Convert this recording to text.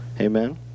Amen